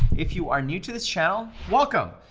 if you are new to the channel, welcome,